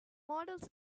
models